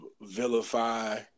vilify